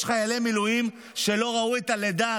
יש חיילי מילואים שלא ראו את הלידה,